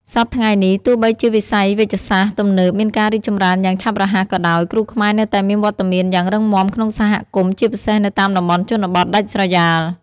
សព្វថ្ងៃនេះ ទោះបីជាវិស័យវេជ្ជសាស្ត្រទំនើបមានការរីកចម្រើនយ៉ាងឆាប់រហ័សក៏ដោយ គ្រូខ្មែរនៅតែមានវត្តមានយ៉ាងរឹងមាំក្នុងសហគមន៍ ជាពិសេសនៅតាមតំបន់ជនបទដាច់ស្រយាល។